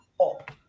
up